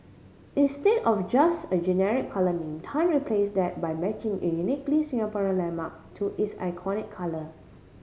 instead of just a generic colour name Tan replace that by matching a uniquely Singaporean landmark to its iconic colour